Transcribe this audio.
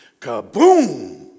kaboom